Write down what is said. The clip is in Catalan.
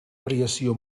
variació